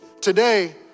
Today